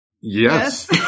Yes